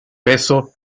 peso